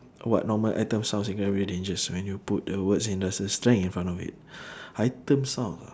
what normal item sounds incredibly dangerous when you put the words industrial strength in front of it item sound ah